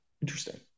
Interesting